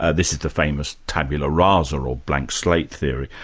ah this is the famous tabula rasa or or blank slate theory.